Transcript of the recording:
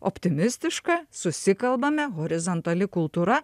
optimistiška susikalbame horizontali kultūra